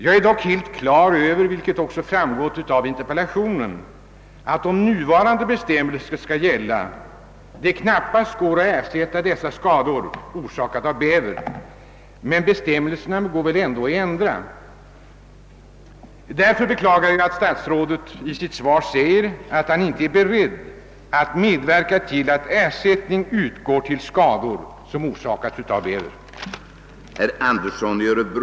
Jag är dock helt på det klara med — vilket också framgått av interpellationen — att det om nuvarande bestämmelser skall gälla, knappast går att ersätta skador orsakade av bäver. Men bestämmelserna går väl ändå att ändra. Därför beklagar jag att statsrådet i sitt svar säger att han inte är beredd att medverka till att ersättning utgår för skador som orsakats av bäver.